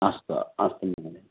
अस्तु अस्तु महोदय